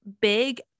big